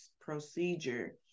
procedure